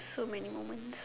so many moments